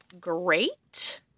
great